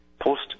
post